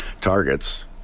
targets